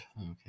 okay